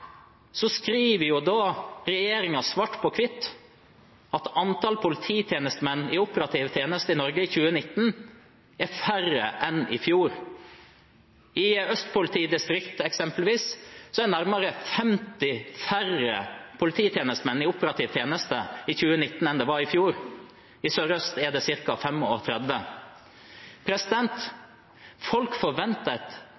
skriver regjeringen – svart på hvitt – at antallet polititjenestemenn i operativ tjeneste i Norge i 2019 er færre enn i fjor. I Øst politidistrikt, f.eks., er det nærmere 50 færre polititjenestemenn i operativ tjeneste i år enn i fjor. I Sør-Øst politidistrikt er det